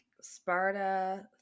Sparta